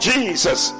Jesus